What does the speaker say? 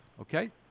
okay